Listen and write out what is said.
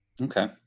Okay